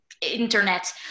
internet